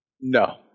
No